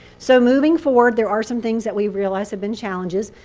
so moving forward, there are some things that we've realized have been challenges.